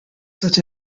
such